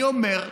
אני אומר,